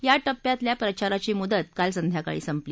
या टप्प्यातल्या प्रचाराची मुदत काल संध्याकाळी संपली